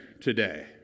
today